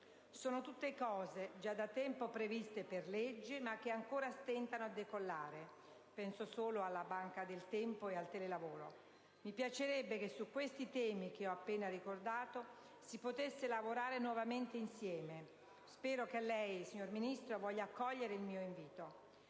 Sono tutte cose già da tempo previste per legge, ma che ancora stentano a decollare: penso solo alla banca del tempo e al telelavoro. Mi piacerebbe che su questi temi che ho appena ricordato si potesse lavorare nuovamente insieme. Spero che lei, signora Ministro, voglia accogliere il mio invito.